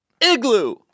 Igloo